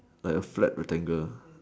like a flat rectangle